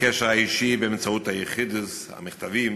הקשר האישי באמצעות ה"יחידות", המכתבים,